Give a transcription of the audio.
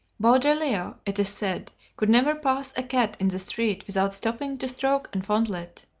baudelaire, it is said, could never pass a cat in the street without stopping to stroke and fondle it.